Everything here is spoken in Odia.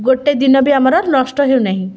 ଗୋଟେ ଦିନ ବି ଆମର ନଷ୍ଟ ହେଉନାହିଁ